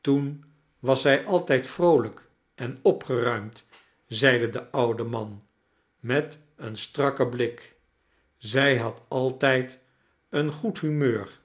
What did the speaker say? toen was zij altijd vroolijk en opgeruimd zeide de oude man met een strakken blik zij had altijd een goed humeur